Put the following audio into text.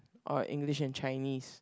or English and Chinese